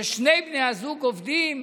שכשני בני זוג עובדים,